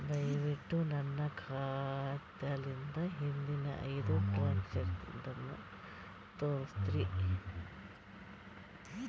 ದಯವಿಟ್ಟು ನನ್ನ ಖಾತಾಲಿಂದ ಹಿಂದಿನ ಐದ ಟ್ರಾಂಜಾಕ್ಷನ್ ನನಗ ತೋರಸ್ರಿ